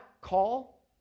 call